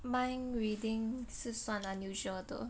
mind reading 是算 unusual 的